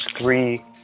three